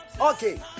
okay